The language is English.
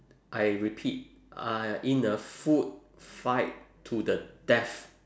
I repeat uh in a food fight to the death